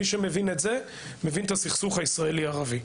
מי שמבין את זה מבין את הסכסוך הישראלי-ערבי.